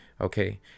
okay